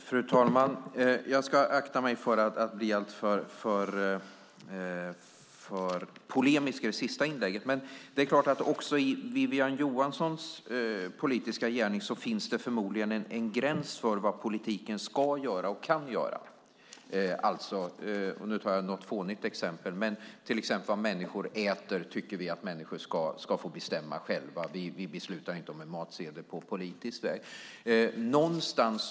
Fru talman! Jag ska akta mig för att bli alltför polemisk i det sista inlägget. Men också i Wiwi-Anne Johanssons politiska gärning finns det förmodligen en gräns för vad politiken ska och kan göra. Nu tar jag ett lite fånigt exempel: Vad människor äter tycker vi att människor ska få bestämma själva. Vi beslutar inte på politisk väg om en matsedel.